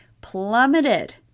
plummeted